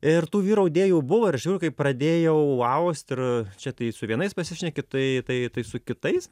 ir tų vyrų audėjų buvo ir kai pradėjau aust ir čia tai su vienais pasišneki tai tai tai su kitais